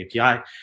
api